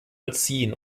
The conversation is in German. erziehen